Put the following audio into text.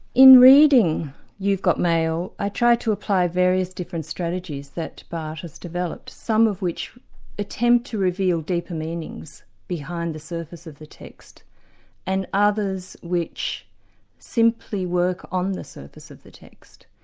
in reading you've got mail, i tried to apply various different strategies that barthes has developed, some of which attempt to reveal deeper meanings behind the surface of the text and others which simply work on the surface of the text.